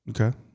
Okay